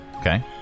Okay